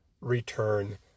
Return